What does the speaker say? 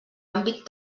àmbit